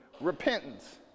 repentance